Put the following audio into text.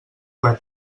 web